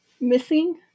missing